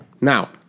Now